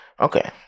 Okay